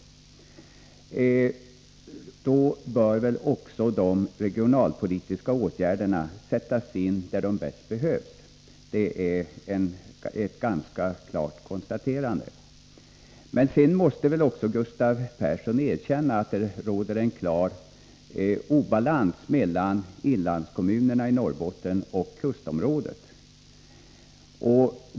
Men då bör väl de regionalpolitiska åtgärderna också sättas in där de bäst behövs. Det är ett klart konstaterande. Men Gustav Persson måste väl erkänna att det råder en klar obalans mellan inlandskommunerna i Norrbotten och kustområdet.